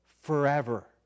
forever